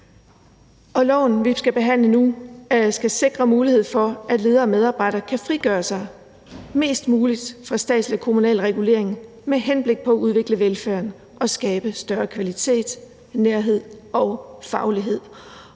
Og lovforslaget, vi skal behandle nu, skal sikre mulighed for, at ledere og medarbejdere kan frigøre sig mest muligt fra statslig og kommunal regulering med henblik på at udvikle velfærden og skabe større kvalitet, nærhed og faglighed.